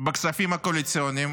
בכספים הקואליציוניים,